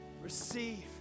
receive